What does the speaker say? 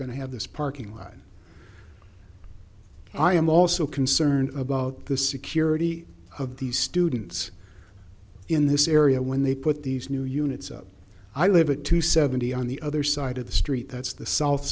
going to have this parking lot i am also concerned about the security of the students in this area when they put these new units up i leave it to seventy on the other side of the street that's the south